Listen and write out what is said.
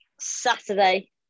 Saturday